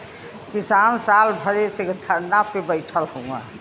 किसान साल भर से धरना पे बैठल हउवन